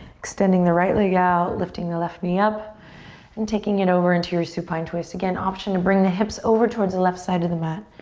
extending the right leg out, lifting the left knee up and taking it over into your supine twist. again, option to bring the hips over towards the left side of the mat.